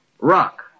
rock